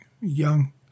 young